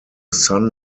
son